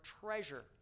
treasure